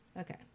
Okay